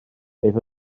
beth